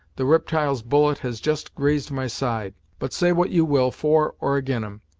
the riptyle's bullet has just grazed my side but say what you will for or ag'in em,